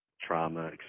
trauma